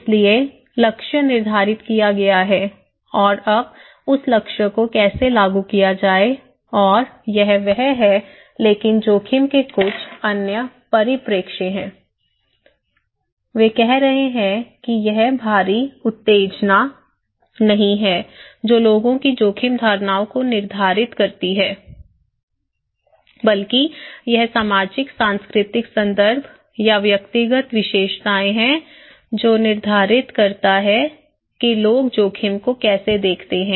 इसलिए लक्ष्य निर्धारित किया गया है और अब उस लक्ष्य को कैसे लागू किया जाए और यह वह है लेकिन जोखिम के कुछ अन्य परिप्रेक्ष्य हैं वे कह रहे हैं कि यह बाहरी उत्तेजना नहीं है जो लोगों की जोखिम धारणाओं को निर्धारित करती है बल्कि यह सामाजिक सांस्कृतिक संदर्भ या व्यक्तिगत विशेषताएं हैं जो निर्धारित करता है कि लोग जोखिम को कैसे देखते हैं